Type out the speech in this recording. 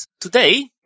today